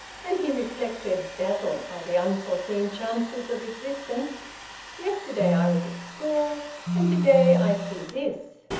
and he reflected, dazzled by the unforeseen chances of existence yesterday i was at school and to-day i see this!